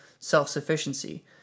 self-sufficiency